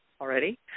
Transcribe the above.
already